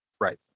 Right